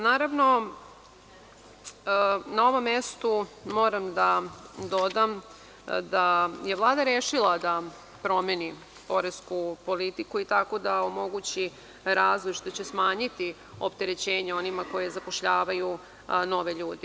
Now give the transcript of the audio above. Naravno, na ovom mestu moram da dodam da je Vlada rešila da promeni poresku politiku i tako da omogući razvoj, što će smanjiti opterećenje onima koji zapošljavaju nove ljude.